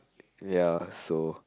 ya so